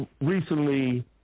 recently